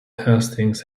hastings